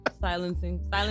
Silencing